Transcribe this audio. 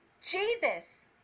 Jesus